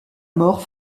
mort